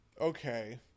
Okay